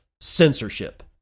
censorship